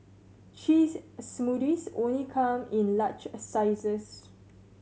cheese smoothies only come in large sizes